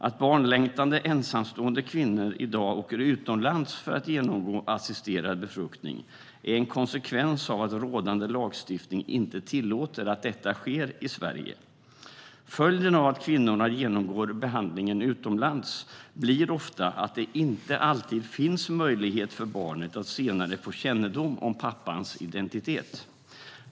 Att barnlängtande ensamstående kvinnor i dag åker utomlands för att genomgå assisterad befruktning är en konsekvens av att rådande lagstiftning inte tillåter att detta sker i Sverige. Följden av att kvinnorna genomgår behandlingen utomlands blir ofta att det inte alltid finns möjlighet för barnet att senare få kännedom om pappans identitet.